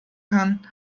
kann